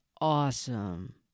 awesome